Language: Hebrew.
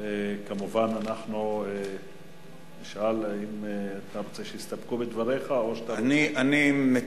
כמובן אנחנו נשאל אם אתה רוצה שיסתפקו בדבריך או ועדה.